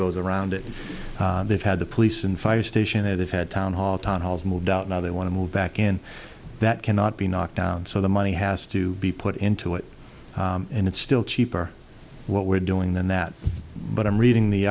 goes around it they've had the police and fire station they've had town hall town halls moved out now they want to move back in that cannot be knocked down so the money has to be put into it and it's still cheaper what we're doing than that but i'm reading the